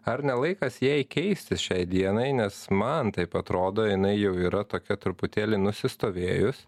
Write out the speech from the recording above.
ar ne laikas jai keistis šiai dienai nes man taip atrodo jinai jau yra tokia truputėlį nusistovėjus